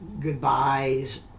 goodbyes